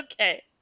Okay